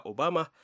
Obama